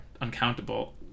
uncountable